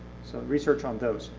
so research on those.